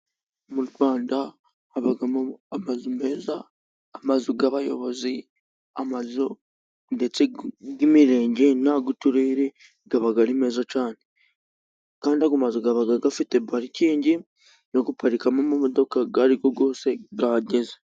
Mu Rwanda habamo amazu meza, amazu y'abayobozi, amazu ndetse y'imirenge n' ay'uturere. Aba ari meza cyane, kandi ayo mazu aba afite parikingi, yo guparikamo amamodoka ayo ari yo yose ahageze.